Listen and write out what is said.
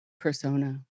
persona